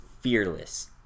fearless